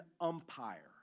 umpire